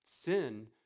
sin